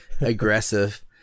aggressive